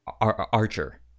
Archer